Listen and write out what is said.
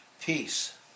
Peace